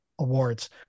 awards